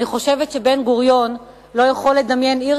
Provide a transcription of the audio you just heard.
אני חושבת שבן-גוריון לא יכול לדמיין עיר